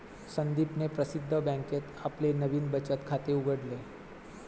संदीपने प्रसिद्ध बँकेत आपले नवीन बचत खाते उघडले